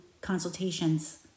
consultations